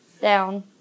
down